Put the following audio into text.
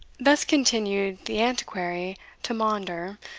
thus continued the antiquary to maunder,